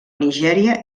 nigèria